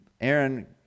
Aaron